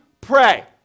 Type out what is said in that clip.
pray